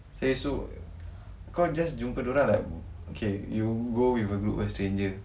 say so kau just jumpa diorang like K you go with a group of stranger